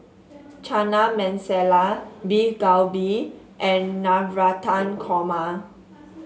Chana Masala Beef Galbi and Navratan Korma